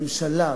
"ממשלה",